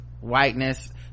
whiteness